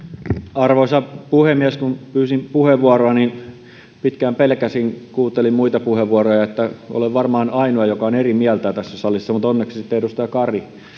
arvoisa puhemies pyysin puheenvuoroa ja pitkään pelkäsin kun kuuntelin muita puheenvuoroja että olen varmaan ainoa joka on eri mieltä tässä salissa mutta onneksi sitten edustaja kari